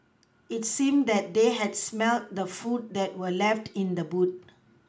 it seemed that they had smelt the food that were left in the boot